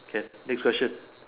can next question